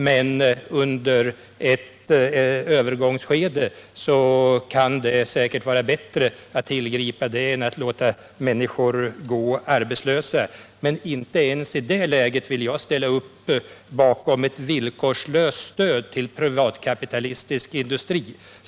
Uunder ett övergångsskede kan det dock vara bättre att tillgripa den metoden än att låta människor gå arbetslösa. Inte ens i det läget vill jag ställa upp bakom ett villkorslöst stöd till privatkapitalistisk industri.